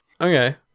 okay